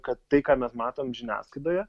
kad tai ką mes matom žiniasklaidoje